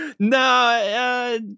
No